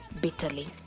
bitterly